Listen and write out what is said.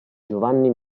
giovanni